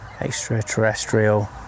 extraterrestrial